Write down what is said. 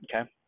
Okay